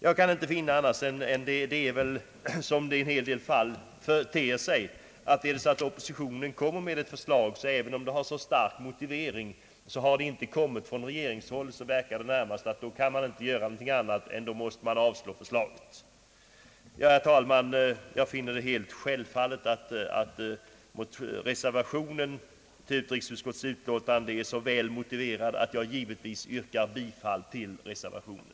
Här är det väl så som det ser ut att vara i en hel del fall: Om ett förslag inte kommit från regeringshåll, verkar det närmast som om man måste avslå förslaget även om det har en stark motivering. Herr talman! Jag finner att reservationen till utrikesutskottets utlåtande är så väl motiverad att jag givetvis yrkar bifall till reservationen.